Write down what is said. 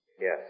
Yes